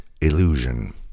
illusion